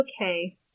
okay